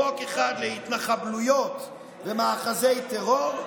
חוק אחד להתנחבלויות ומאחזי טרור,